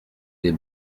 les